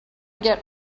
get